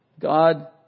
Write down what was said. God